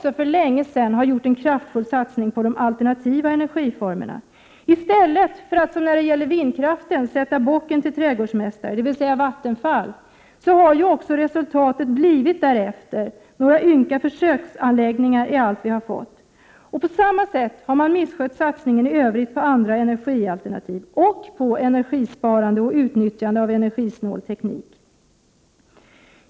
1988/89:59 kraftfull satsning på de alternativa energiformerna, i stället för att som när 1 februari 1989 det gäller vindkraften sätta bocken till trädgårdsmästare, dvs. Vattenfall. Resultatet har också blivit därefter. Några ynka försöksanläggningar är allt vi har fått. På samma sätt har man misskött satsningen i övrigt på andra energialternativ, på energisparandet och på utnyttjandet av energisnål teknik.